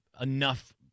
enough